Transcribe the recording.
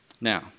Now